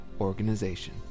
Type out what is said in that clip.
organization